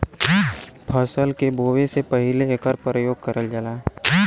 फसल के बोवे से पहिले एकर परियोग करल जाला